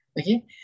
Okay